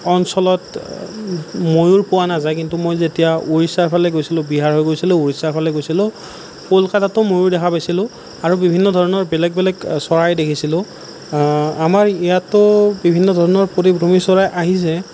অঞ্চলত ময়ূৰ পোৱা নাযায় কিন্তু মই যেতিয়া উৰিষ্যাৰ ফালে গৈছিলোঁ বিহাৰ গৈছিলোঁ উৰিষ্যাৰ ফালে গৈছিলোঁ কলকাতাতো ময়ূৰ দেখা পাইছিলোঁ আৰু বিভিন্ন ধৰণৰ বেলেগ বেলেগ চৰাই দেখিছিলোঁ আমাৰ ইয়াতো বিভিন্ন ধৰণৰ পৰিভ্ৰমী চৰাই আহিছে